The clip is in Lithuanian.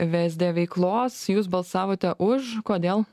vsd veiklos jūs balsavote už kodėl